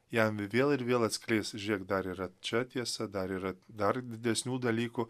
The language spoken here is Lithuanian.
jam vėl ir vėl atskleis žiūrėk dar yra čia tiesa dar yra dar didesnių dalykų